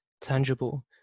tangible